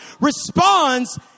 responds